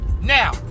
Now